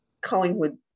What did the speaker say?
Collingwood